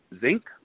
zinc